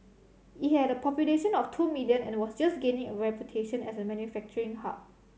it had a population of two million and was just gaining a reputation as a manufacturing hub